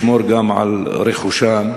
לשמור גם על רכושם,